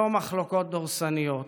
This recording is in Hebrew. לא מחלוקות דורסניות